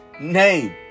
name